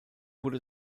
wurde